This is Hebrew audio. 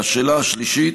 לשאלה השלישית: